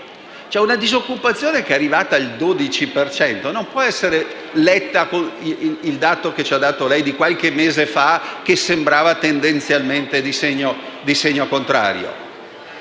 c'è una disoccupazione arrivata al 12 per cento e non può essere letta con il dato che ci ha dato lei, di qualche mese fa, che sembrava tendenzialmente di segno contrario.